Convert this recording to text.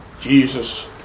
Jesus